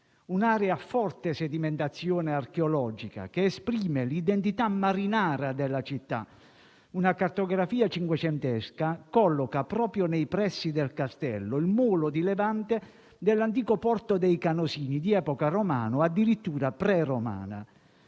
un'area a forte sedimentazione archeologica che esprime l'identità marinara della città; una cartografia cinquecentesca colloca proprio nei pressi del castello il molo di levante dell'antico porto dei canosini di epoca romana o addirittura preromana;